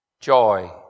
joy